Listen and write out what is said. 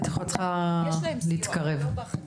יש להם סיוע, לא בחקיקה.